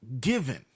given